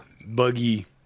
buggy